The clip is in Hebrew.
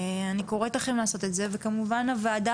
אני קוראת לכם לעשות את זה וכמובן הועדה